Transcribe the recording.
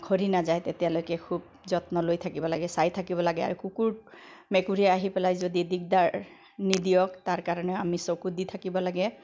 সৰি নাযায় তেতিয়ালৈকে খুব যত্ন লৈ থাকিব লাগে চাই থাকিব লাগে কুকুৰ মেকুৰীয়ে আহি পেলাই যদি দিগদাৰ নিদিয়ক তাৰ কাৰণেও আমি চকু দি থাকিব লাগে